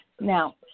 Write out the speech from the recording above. Now